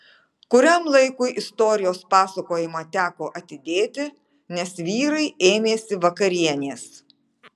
kuriam laikui istorijos pasakojimą teko atidėti nes vyrai ėmėsi vakarienės